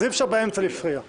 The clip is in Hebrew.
אז אי-אפשר להפריע באמצע.